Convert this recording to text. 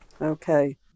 Okay